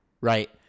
right